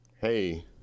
hey